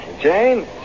Jane